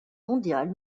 mondiale